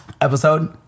episode